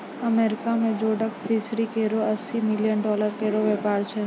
America में जोडक fishery केरो अस्सी मिलियन डॉलर केरो व्यापार छै